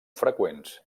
freqüents